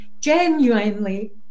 Genuinely